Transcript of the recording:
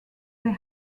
they